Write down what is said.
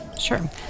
sure